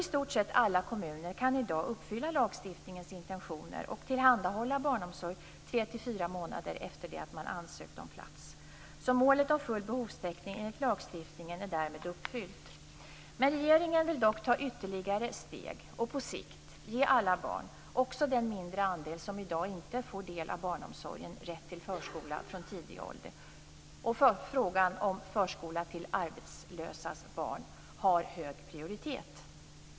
I stort sett alla kommuner kan i dag uppfylla lagstiftningens intentioner och tillhandahålla barnomsorg tre fyra månader efter det att man ansökt om plats. Målet om full behovstäckning enligt lagstiftningen är därmed uppfyllt. Regeringen vill dock ta ytterligare steg och på sikt ge alla barn - också den mindre andel som i dag inte får del av barnomsorgen - rätt till förskola från tidig ålder. Frågan om förskola till arbetslösas barn har hög prioritet.